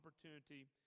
opportunity